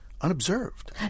unobserved